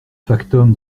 factum